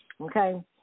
okay